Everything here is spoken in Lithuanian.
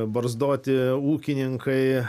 barzdoti ūkininkai